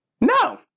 No